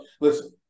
Listen